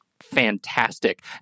fantastic